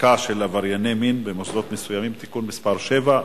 העסקה של עברייני מין במוסדות מסוימים (תיקון מס' 7),